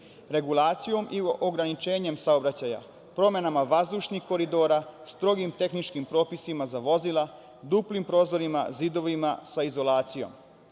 regulacijom i ograničenjem saobraćaja, promenama vazdušnih koridora, strogim tehničkim propisima za vozila, duplim prozorima, zidovima sa izolacijom.